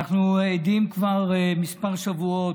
אנחנו עדים כבר כמה שבועות,